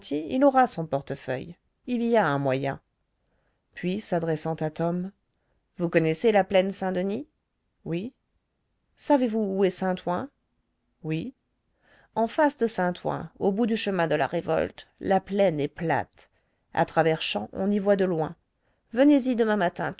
il aura son portefeuille il y a un moyen puis s'adressant à tom vous connaissez la plaine saint-denis oui savez-vous où est saint-ouen oui en face de saint-ouen au bout du chemin de la révolte la plaine est plate à travers champs on y voit de loin venez-y demain matin